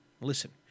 listen